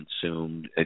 consumed